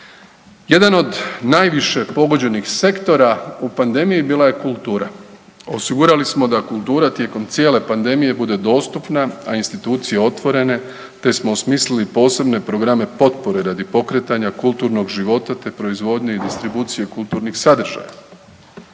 Jedan od naviše pogođenih sektora u pandemiji bila je kultura. Osigurali smo da kultura tijekom cijele pandemije bude dostupna, a institucije otvorene, te smo osmislili posebne programe potpore radi pokretanja kulturnog života, te proizvodnje i distribucije kulturnih sadržaja.